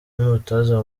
n’umutoza